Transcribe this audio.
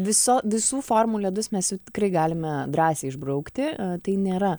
viso visų formų ledus mes jau tikrai galime drąsiai išbraukti tai nėra